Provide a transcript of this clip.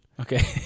Okay